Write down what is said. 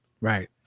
Right